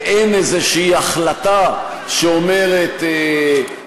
אין איזו החלטה שאומרת,